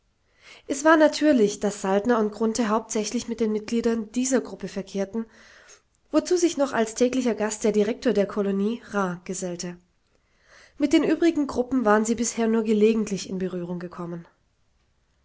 es war natürlich daß saltner und grunthe hauptsächlich mit den mitgliedern dieser gruppe verkehrten wozu sich noch als täglicher gast der direktor der kolonie ra gesellte mit den übrigen gruppen waren sie bisher nur gelegentlich in berührung gekommen